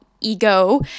ego